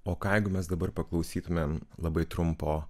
o ką jeigu mes dabar paklausytumėm labai trumpo